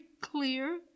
clear